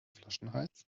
flaschenhals